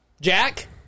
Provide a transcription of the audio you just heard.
Jack